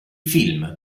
film